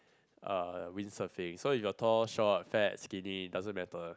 uh wind surfing so if you are tall short fat skinny doesn't matter